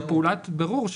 בפעולת בירור,